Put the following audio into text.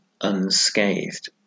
unscathed